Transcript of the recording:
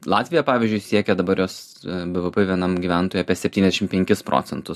latvija pavyzdžiui siekia dabar jos bvp vienam gyventojui apie septyniasdešim penkis procentus